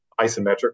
isometric